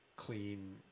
Clean